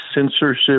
censorship